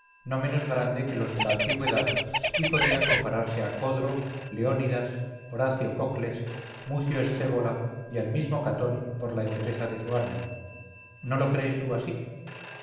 no menos grande que los de la antigüedad y podía compararse a codro leónidas horacio cocles mucio scévola y al mismo catón por la entereza de su ánimo no lo crees tú así